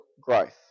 growth